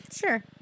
Sure